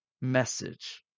message